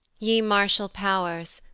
ye martial pow'rs,